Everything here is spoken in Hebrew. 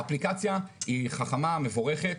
האפליקציה היא חכמה היא מבורכת,